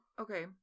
Okay